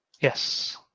yes